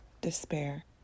despair